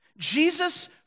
Jesus